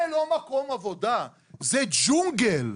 זה לא מקום עבודה, זה ג'ונגל.